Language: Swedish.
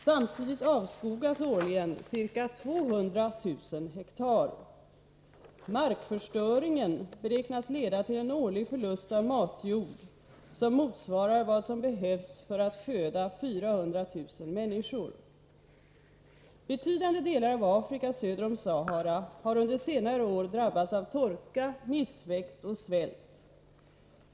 Samtidigt avskogas årligen ca 200 000 hektar. Markförstöringen beräknas leda till en årlig förlust av matjord som motsvarar vad som behövs för att ge föda åt 400 000 människor. Betydande delar av Afrika, söder om Sahara, har under senare år drabbats av torka, missväxt och svält.